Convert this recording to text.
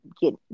get